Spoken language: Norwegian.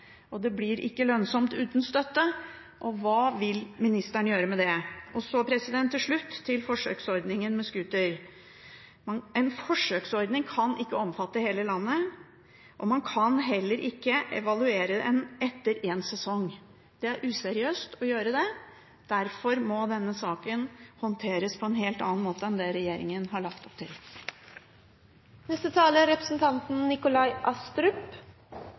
Og det blir ikke lønnsomt uten støtte, og hva vil ministeren gjøre med det? Så til slutt til forsøksordningen med scooter: En forsøksordning kan ikke omfatte hele landet, og man kan heller ikke evaluere etter én sesong. Det er useriøst å gjøre det. Derfor må denne saken håndteres på en helt annen måte enn det regjeringen har lagt opp til. Til det siste innlegget fra representanten